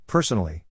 Personally